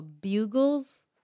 Bugles